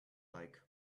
like